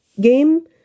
game